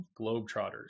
Globetrotters